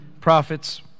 prophets